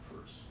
first